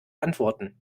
antworten